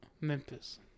Memphis